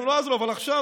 הם לא עזרו הפעם.